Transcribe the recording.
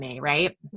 right